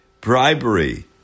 bribery